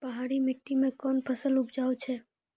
पहाड़ी मिट्टी मैं कौन फसल उपजाऊ छ?